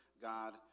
God